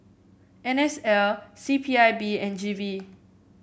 N S L C P I B and G V